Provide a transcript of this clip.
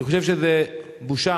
אני חושב שזו בושה